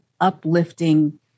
uplifting